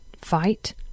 fight